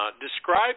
describe